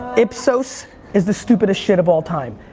ipsos is the stupidest shit of all time,